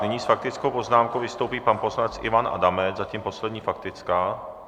Nyní s faktickou poznámkou vystoupí pan poslanec Ivan Adamec, zatím poslední faktická.